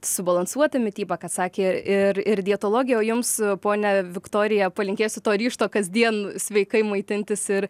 subalansuota mityba ką sakė ir ir dietologė o jums ponia viktorija palinkėsiu to ryžto kasdien sveikai maitintis ir